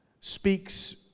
speaks